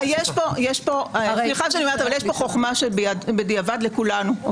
אבל יש פה חוכמה שבדיעבד לכולנו.